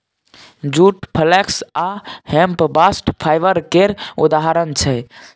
जुट, flax आ hemp bast fibre केर उदाहरण छै